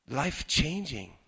life-changing